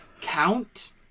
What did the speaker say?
Count